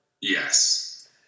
Yes